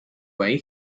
way